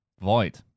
void